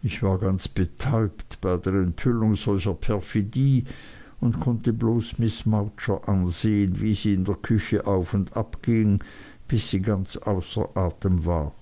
ich war ganz betäubt bei der enthüllung solcher perfidie und konnte bloß miß mowcher ansehen wie sie in der küche auf und ab ging bis sie ganz außer atem war